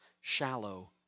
shallow